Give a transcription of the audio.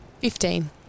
Fifteen